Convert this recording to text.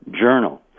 journal